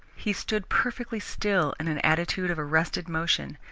he stood perfectly still in an attitude of arrested motion,